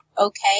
okay